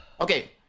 okay